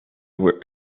were